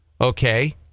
Okay